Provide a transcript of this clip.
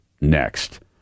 next